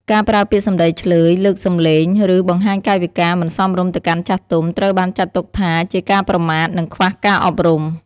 ការប្រើពាក្យសំដីឈ្លើយ លើកសំឡេង ឬបង្ហាញកាយវិការមិនសមរម្យទៅកាន់ចាស់ទុំ ត្រូវបានចាត់ទុកថាជាការប្រមាថ និងខ្វះការអប់រំ។